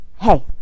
hey